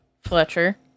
Fletcher